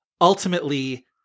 ultimately